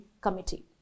committee